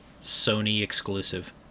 Sony-exclusive